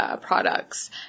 products